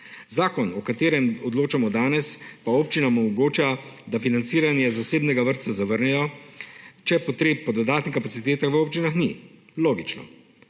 Zakon, o katerem odločamo danes, pa občinam omogoča, da financiranje zasebnega vrtca zavrnejo, če potreb po dodatnih kapacitetah v občinah ni. Logično!